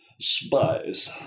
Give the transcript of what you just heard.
spies